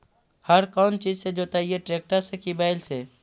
हर कौन चीज से जोतइयै टरेकटर से कि बैल से?